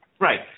Right